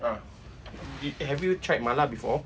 ah have you tried mala before